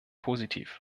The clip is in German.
positiv